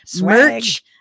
merch